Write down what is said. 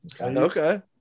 Okay